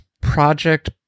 project